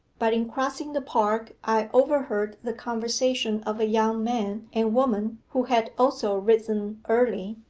but in crossing the park i overheard the conversation of a young man and woman who had also risen early.